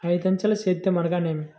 ఐదంచెల సేద్యం అనగా నేమి?